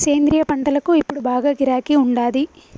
సేంద్రియ పంటలకు ఇప్పుడు బాగా గిరాకీ ఉండాది